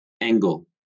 angle